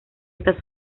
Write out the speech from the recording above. está